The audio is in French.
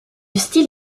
style